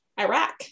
Iraq